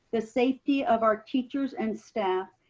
the safety of our teachers and staff,